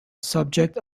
subject